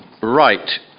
Right